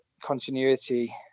continuity